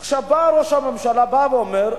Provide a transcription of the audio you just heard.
עכשיו בא ראש הממשלה ואומר,